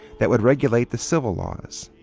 that would regulate the civil laws.